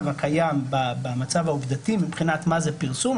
הקיים במצב העובדתי מבחינת מה זה פרסום,